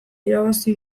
irabazi